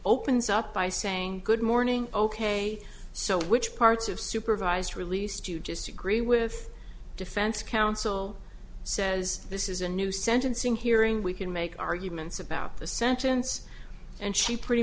opens up by saying good morning ok so which parts of supervised release to just agree with defense counsel says this is a new sentencing hearing we can make arguments about the sentence and she pretty